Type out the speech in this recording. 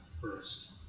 first